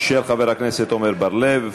של חבר הכנסת עמר בר-לב.